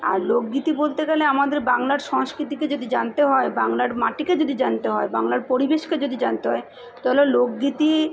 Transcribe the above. আর লোকগীতি বলতে গেলে আমাদের বাংলার সংস্কৃতিকে যদি জানতে হয় বাংলার মাটিকে যদি জানতে হয় বাংলার পরিবেশকে যদি জানতে হয় তাহলে লোকগীতি